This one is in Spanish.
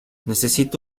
necesita